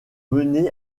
mener